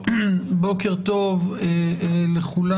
בוקר טוב לכולם.